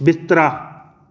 बिस्तरा